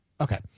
okay